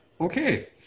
Okay